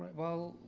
well,